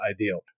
ideal